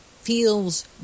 feels